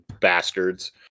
bastards